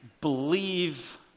believe